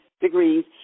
degrees